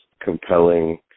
compelling